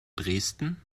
dresden